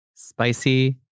Spicy